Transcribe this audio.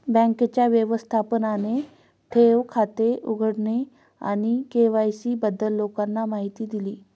बँकेच्या व्यवस्थापकाने ठेव खाते उघडणे आणि के.वाय.सी बद्दल लोकांना माहिती दिली